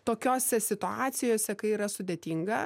tokiose situacijose kai yra sudėtinga